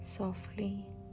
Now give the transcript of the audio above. Softly